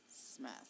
Smith